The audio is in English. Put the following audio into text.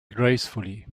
gracefully